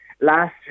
last